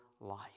life